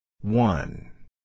One